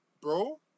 Bro